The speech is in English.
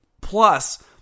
Plus